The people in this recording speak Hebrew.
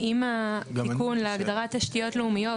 האם התיקון להגדרת תשתיות לאומיות,